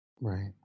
right